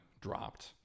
dropped